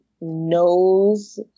knows